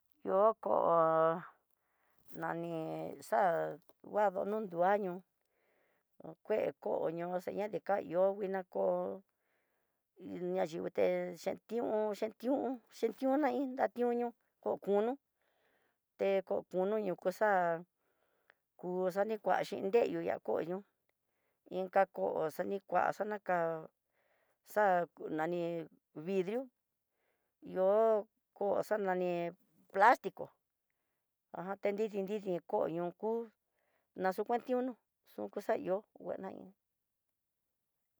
Yo koo nani xuado no nduá ñoo, kué koñoxi kado ka ño nguinia ko na yuté, chentión, chentión, chentiona ndaduño ko kunu té kokuno ñoyuxa'a kuxanikuaxhi nre yu ya koin inka koo xanikuaxa naka xa'á nani vilu ihó ko xanani plastico ajan ta nridi nridi ko iin kú naxuantiuno xunku xaihó ngueno naí.